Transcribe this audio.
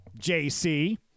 JC